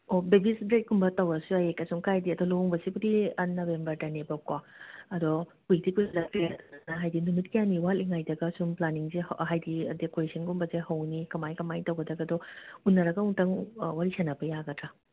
ꯑꯣ ꯕꯦꯕꯤꯁ ꯕ꯭ꯔꯦꯛꯀꯨꯝꯕ ꯇꯧꯔꯁꯨ ꯌꯥꯏꯌꯦ ꯀꯩꯁꯨꯝ ꯀꯥꯏꯗꯦ ꯑꯗꯣ ꯂꯨꯍꯣꯡꯕꯁꯤꯕꯨꯗꯤ ꯅꯝꯕꯦꯕꯔꯗꯅꯦꯕꯀꯣ ꯑꯗꯣ ꯀꯨꯏꯗꯤ ꯀꯨꯏꯁꯜꯂꯛꯇ꯭ꯔꯦ ꯑꯗꯣ ꯍꯥꯏꯗꯤ ꯅꯨꯃꯤꯠ ꯀꯌꯥꯅꯤ ꯋꯥꯠꯂꯤꯉꯩꯗꯒ ꯁꯨꯝ ꯄ꯭ꯂꯥꯅꯤꯡꯁꯦ ꯍꯣ ꯍꯥꯏꯗꯤ ꯗꯦꯀꯣꯔꯦꯁꯟꯒꯨꯝꯕꯁꯦ ꯍꯧꯅꯤ ꯀꯃꯥꯏ ꯀꯃꯥꯏꯅ ꯇꯧꯒꯗꯕꯗꯣ ꯎꯅꯔꯒ ꯑꯃꯨꯛꯇꯪ ꯋꯥꯔꯤ ꯁꯥꯅꯕ ꯌꯥꯒꯗ꯭ꯔꯥ